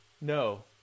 no